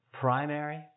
primary